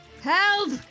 help